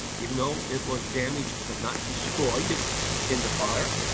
even though it was damaged but not destroyed in the fire,